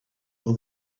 all